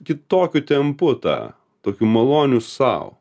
kitokiu tempu tą tokiu maloniu sau